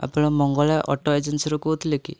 ଆପଣ ମଙ୍ଗଳା ଅଟୋ ଏଜେନ୍ସିରୁ କହୁଥିଲେ କି